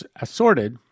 assorted